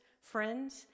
friends